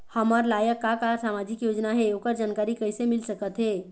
हमर लायक का का सामाजिक योजना हे, ओकर जानकारी कइसे मील सकत हे?